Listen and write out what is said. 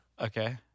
Okay